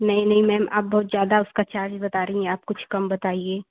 नहीं नहीं मैम आप बहुत ज़्यादा उसका चार्ज बता रहीं हैं आप कुछ कम बताइए